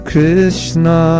Krishna